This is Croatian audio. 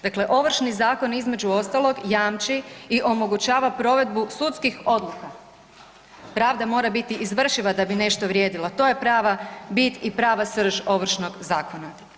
Dakle, Ovršni zakon između ostalog jamči i omogućava provedbu sudskih odluka, pravda mora biti izvršiva da bi nešto vrijedila, to je prava bit i prava srž Ovršnog zakona.